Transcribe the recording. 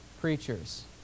preachers